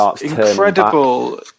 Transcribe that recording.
incredible